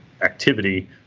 activity